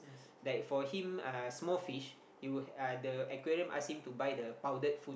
like for him uh small fish he will have uh the aquarium ask him to buy the powdered food